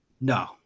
No